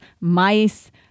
mice